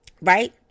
Right